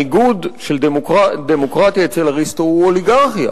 הניגוד של דמוקרטיה אצל אריסטו הוא אוליגרכיה.